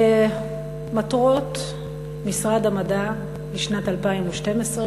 מטרות משרד המדע לשנת 2012,